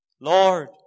Lord